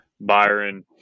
Byron